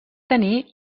tenir